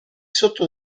sotto